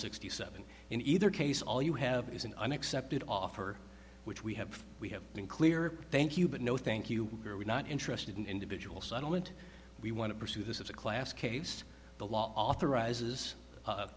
sixty seven in either case all you have is an unexpected offer which we have we have been clear thank you but no think you are we're not interested in individual settlement we want to pursue this as a class case the law authorizes